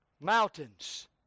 Mountains